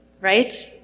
right